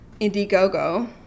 Indiegogo